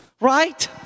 Right